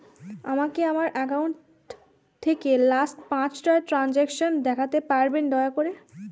আমাকে আমার অ্যাকাউন্ট থেকে লাস্ট পাঁচটা ট্রানজেকশন দেখাতে পারবেন দয়া করে